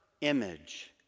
image